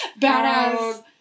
badass